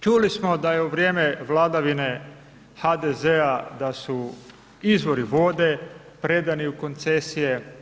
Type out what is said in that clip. Čuli smo da je u vrijeme vladavine HDZ-a da su izvori vode predani u koncesije.